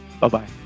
Bye-bye